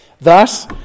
thus